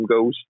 goes